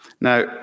Now